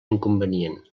inconvenient